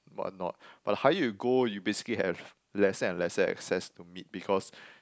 what not but the higher you go you basically have lesser and lesser access to meat because